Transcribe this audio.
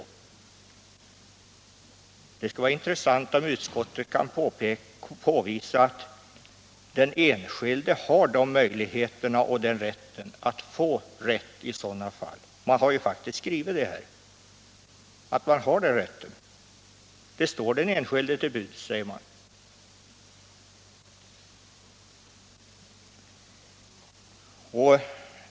Det skulle: vara intressant om utskottet kunde påvisa att den enskilde har möjlighet att få rätt i sådana fall. Utskottet har faktiskt i sitt betänkande skrivit att möjlighet står den enskilde till buds att få dispens från givna regler.